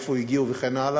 מאיפה הגיעו וכן הלאה.